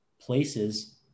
places